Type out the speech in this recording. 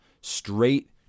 Straight